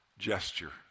gesture